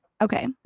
Okay